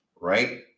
right